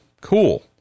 cool